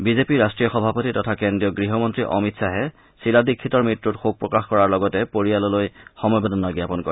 বিজেপিৰ ৰাষ্ট্ৰীয় সভাপতি তথা কেন্দ্ৰীয় গৃহমন্ত্ৰী অমিত খাহে শীলা দীক্ষিতৰ মৃত্যুত শোক প্ৰকাশ কৰাৰ লগতে পৰিয়লালৈ সমবেদনা জাপন কৰে